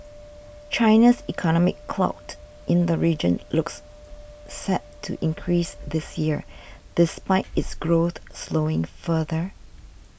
China's economic clout in the region looks set to increase this year despite its growth slowing further